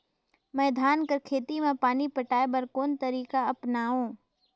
मैं धान कर खेती म पानी पटाय बर कोन तरीका अपनावो?